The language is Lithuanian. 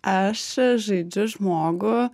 aš žaidžiu žmogų